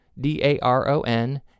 D-A-R-O-N